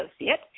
associate